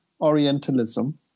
Orientalism